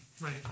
Right